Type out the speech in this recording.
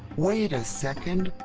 wait a second.